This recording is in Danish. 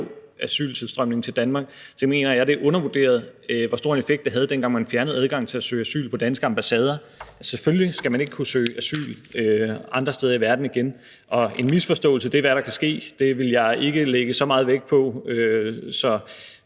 asyltilstrømning til Danmark, mener jeg, at det er undervurderet, hvor stor en effekt det havde, dengang man fjernede adgangen til at søge asyl på danske ambassader. Selvfølgelig skal man ikke kunne søge asyl andre steder i verden igen. Og en misforståelse er, hvad der kan ske, det vil jeg ikke lægge så meget vægt på,